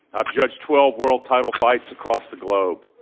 i've judged twelve world title fights across the globe.